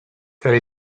tell